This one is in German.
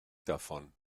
davon